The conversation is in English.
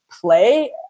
play